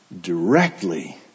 Directly